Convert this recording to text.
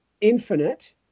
Infinite